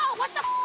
what's up?